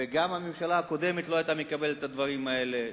וגם הממשלה הקודמת לא היתה מקבלת את הדברים האלה.